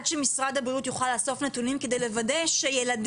זאת עד שמשרד הבריאות יוכל לאסוף נתונים על מנת לוודא שילדים